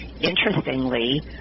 interestingly